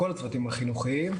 לכל הצוותים החינוכיים.